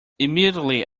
immediately